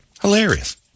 Hilarious